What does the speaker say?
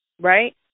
right